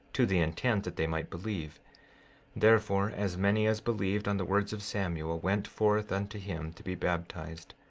to the intent that they might believe therefore as many as believed on the words of samuel went forth unto him to be baptized,